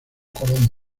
colón